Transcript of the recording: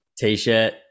t-shirt